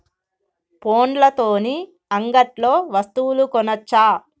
ఫోన్ల తోని అంగట్లో వస్తువులు కొనచ్చా?